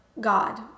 God